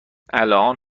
الان